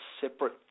separate